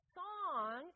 song